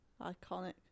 Iconic